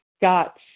got